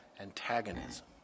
antagonism